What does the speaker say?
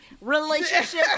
Relationship